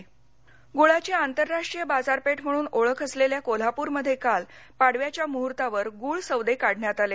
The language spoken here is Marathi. कोल्हापर गुळाची आंतरराष्ट्रीय बाजारपेठ म्हणून ओळख असलेल्या कोल्हापूरमध्ये काल पाडव्याच्या मुहूर्तावर गूळ सौदे काढण्यात आले